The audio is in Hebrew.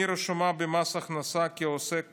אני רשומה במס הכנסה כעוסק פטור.